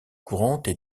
courantes